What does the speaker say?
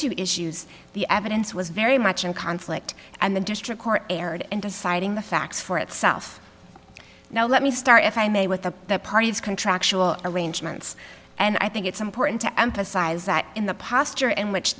two issues the evidence was very much in conflict and the district court erred and deciding the facts for itself now let me start if i may with the party's contractual arrangements and i think it's important to emphasize that in the posture in which